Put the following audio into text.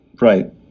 Right